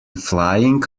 flying